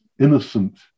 innocent